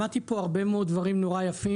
שמעתי פה הרבה מאוד דברים נורא יפים